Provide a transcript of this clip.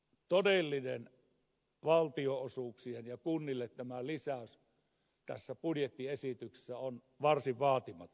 eli todellinen valtio osuuksien lisäys kunnille tässä budjettiesityksessä on varsin vaatimaton